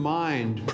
mind